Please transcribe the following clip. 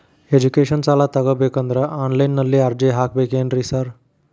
Education ಸಾಲ ತಗಬೇಕಂದ್ರೆ online ನಲ್ಲಿ ಅರ್ಜಿ ಹಾಕ್ಬೇಕೇನ್ರಿ ಸಾರ್?